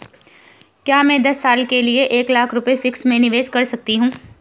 क्या मैं दस साल के लिए एक लाख रुपये फिक्स में निवेश कर सकती हूँ?